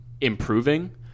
improving